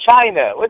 China